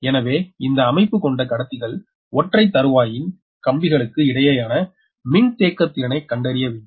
எனவே இந்த அமைப்பு கொண்ட கடத்திகள் ஒற்றை தருவாயின் கம்பிகளுக்கு இடையான மின்தேக்கத்திறனை கண்டறியவேண்டும்